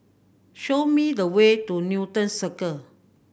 show me the way to Newton Circle